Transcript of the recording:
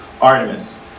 Artemis